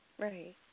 Right